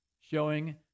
showing